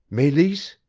meleese?